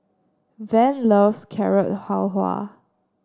Van loves Carrot Halwa